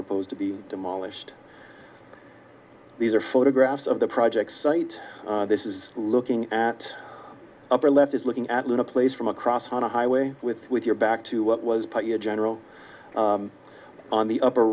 proposed to be demolished these are photographs of the project site this is looking at upper left is looking at little place from across on a highway with your back to what was your general on the upper